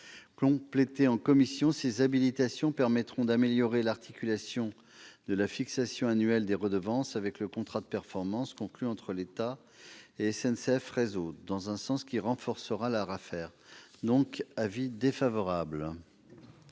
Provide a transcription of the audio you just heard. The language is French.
Complétées en commission, ces habilitations permettront d'améliorer l'articulation de la fixation annuelle des redevances avec le contrat de performance conclu entre l'État et SNCF Réseau, dans un sens qui renforcera l'ARAFER. J'émets donc un avis défavorable